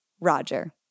Roger